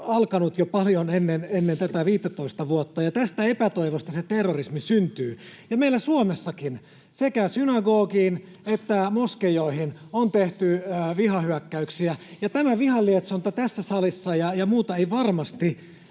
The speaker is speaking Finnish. alkanut jo paljon ennen tätä 15:tä vuotta, ja tästä epätoivosta se terrorismi syntyy. Meillä Suomessakin sekä synagogiin että moskeijoihin on tehty vihahyökkäyksiä. Tämä vihan lietsonta tässä salissa ja muuta ei varmasti